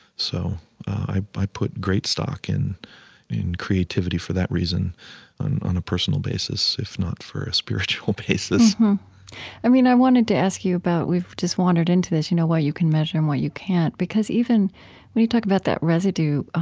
so i i put great stock in in creativity for that reason on on a personal basis, if not for a spiritual basis i mean, i wanted to ask you about we've just wandered into this, you know, what you can measure and what you can't. because even when you talk about that residue,